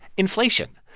inflation.